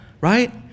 right